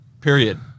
Period